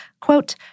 quote